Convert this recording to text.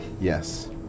yes